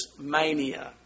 mania